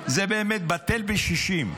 בטל בשישים.